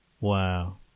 Wow